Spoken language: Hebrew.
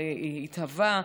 התהווה.